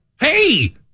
Hey